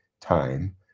time